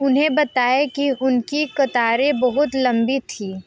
उन्हें बताएँ कि उनकी कतारें बहुत लम्बी थी